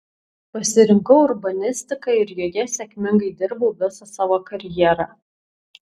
pasirinkau urbanistiką ir joje sėkmingai dirbau visą savo karjerą